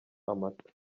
amata